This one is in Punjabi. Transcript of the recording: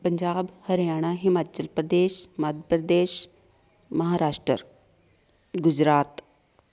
ਪੰਜਾਬ ਹਰਿਆਣਾ ਹਿਮਾਚਲ ਪ੍ਰਦੇਸ਼ ਮੱਧ ਪ੍ਰਦੇਸ਼ ਮਹਾਂਰਾਸ਼ਟਰ ਗੁਜਰਾਤ